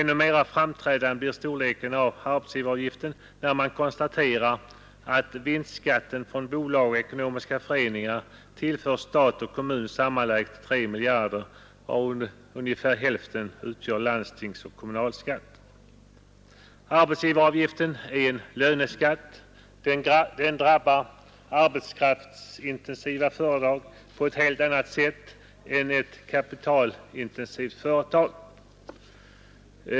Ännu mer framträdande blir storleken av arbetsgivaravgiften när man konstaterar att vinstskatten från bolag och ekonomiska föreningar tillför stat och kommun sammanlagt ca 3 miljarder, varav ungefär hälften utgör landstingsoch kommunalskatt. Arbetsgivaravgiften är en löneskatt. Den drabbar arbetskraftsintensiva företag på ett helt annat sätt än ett kapitalintensivt företag.